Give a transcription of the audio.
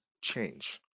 Change